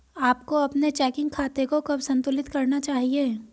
आपको अपने चेकिंग खाते को कब संतुलित करना चाहिए?